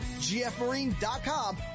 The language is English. gfmarine.com